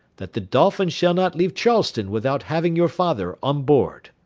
that the dolphin shall not leave charleston without having your father on board.